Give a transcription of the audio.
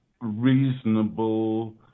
reasonable